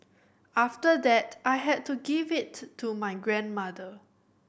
after that I had to give it to my grandmother